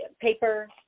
paper